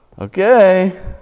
Okay